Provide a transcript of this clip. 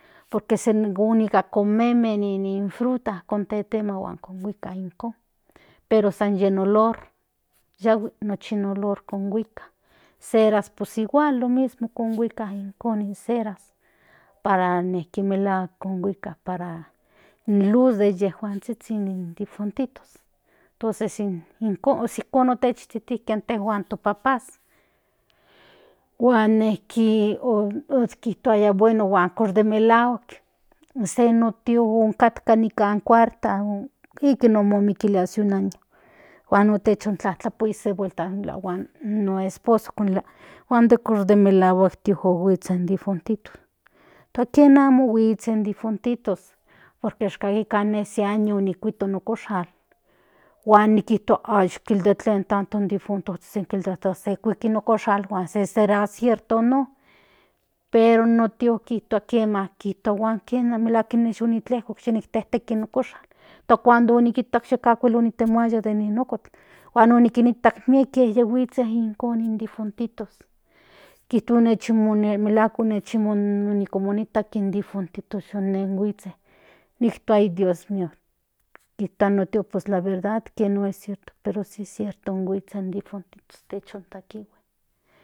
Por que según nika omenme in fruta kuak tetema huan kinhuika ijkon pero san yin olor yahui nochi non konhika ceras pues igual ijkin kihuika ijko in cera para nejki melahuak kinhuika in luz den yejuazhizhin difuntitos tonces ijkon kon otechitejki intejuan to pa'pas huan nejki o okishtiaya bueno de melahuak o se no tio otkatka nika cuarta ikin omomokilia se año huan otechtlapuia se vuelta kilia huan no esposo tua huan de melahuak ijkon huitsen in difuntitos kien amo huitse in difuntitos por que kakikan den se año onikuito in okoxal huan nikitua de tlen tanto in difuntos se kuiki in okoxal mas será cierto non pero no tio kintua kiema huan melahuak ine yinitlejkok teteki in okoxal cuandi nikita yeka amo monitemaya in inokotl in onikinktak mieke yi huitsen in difuntos melahuak mon en komo konijta in difuntos yu nen huitse nij tua dios mio tik tua no tia laverdad pues no es cierto pero si cierto huitsen in difuntitos techontatihue.